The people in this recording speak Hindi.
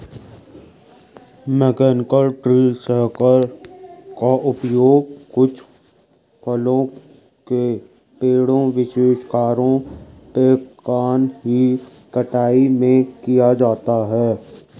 मैकेनिकल ट्री शेकर का उपयोग कुछ फलों के पेड़ों, विशेषकर पेकान की कटाई में किया जाता है